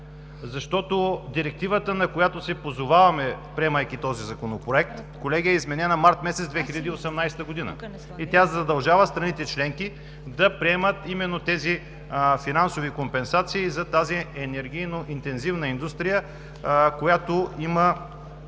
колеги, Директивата, на която се позоваваме, приемайки този законопроект, е изменена през месец март 2018 г. и тя задължава страните членки да приемат именно тези финансови компенсации за тази енергийно-интензивна индустрия, която има